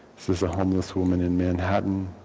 this is a homeless woman in manhattan.